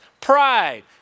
pride